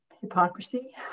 Hypocrisy